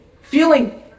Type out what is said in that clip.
feeling